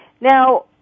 Now